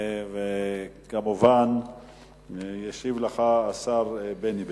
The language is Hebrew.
כמובן ישיב לך השר בני בגין.